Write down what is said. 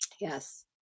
Yes